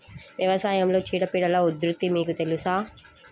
వ్యవసాయంలో చీడపీడల ఉధృతి మీకు తెలుసా?